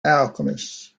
alchemists